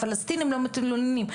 הפלסטינים לא מתלוננים,